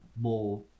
more